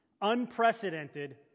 Unprecedented